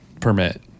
permit